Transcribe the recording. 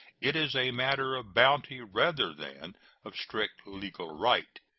it is a matter of bounty rather than of strict legal right.